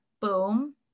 boom